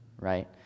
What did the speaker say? right